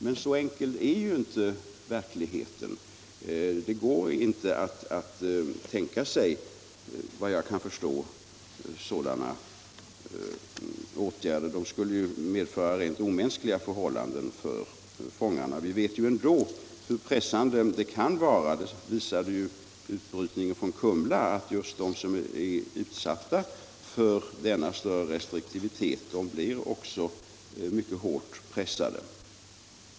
Men så enkel är inte verkligheten. Vad jag kan förstå går det inte att tänka sig sådana åtgärder. De skulle medföra rent omänskliga förhållanden för fångarna. Vi vet ändå hur pressade de kan vara. Utbrytningen från Kumla visade att just de som är utsatta för denna större restriktivitet också blir mycket hårt pressade.